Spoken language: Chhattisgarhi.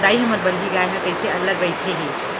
दाई, हमर बलही गाय कइसे अल्लर बइठे हे